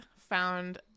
found –